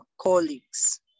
colleagues